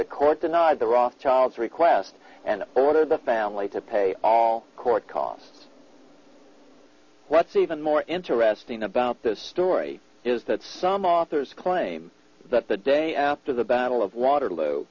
the court denied the rothschild's request and ordered the family to pay all court costs what's even more interesting about this story is that some authors claim that the day after the battle of waterloo